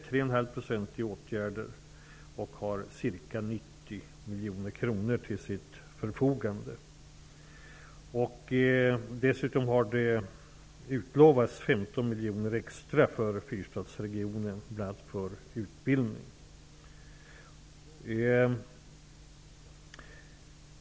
3,5 % finns i åtgärder, och kommunen har ca 90 miljoner kronor till sitt förfogande. Det har dessutom utlovats att Fyrstadsregionen skall få 15 miljoner extra bl.a. för utbildning.